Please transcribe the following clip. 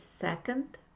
second